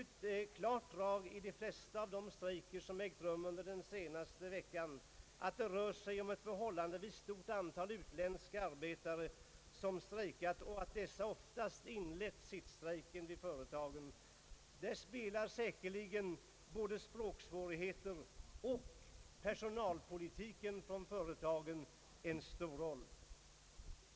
Ett klart drag i de flesta av de strejker som ägt rum under senaste veckan är att det rör sig om ett förhållandevis stort antal utländska arbetare som strejkar och att dessa oftast inlett sittstrejker vid företagen. Här spelar säkerligen både språksvårigheter och personalpolitiken vid företagen en stor roll.